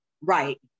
Right